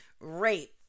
rape